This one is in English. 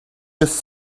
his